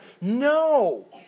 no